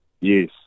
yes